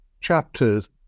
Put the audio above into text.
chapters